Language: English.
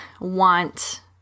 want –